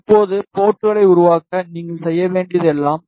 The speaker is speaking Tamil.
இப்போது போர்ட்களை உருவாக்க நீங்கள் செய்ய வேண்டியது எல்லாம்